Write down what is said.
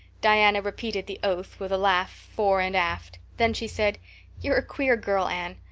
diana repeated the oath with a laugh fore and aft. then she said you're a queer girl, anne.